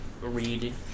Read